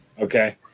okay